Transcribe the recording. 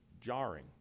jarring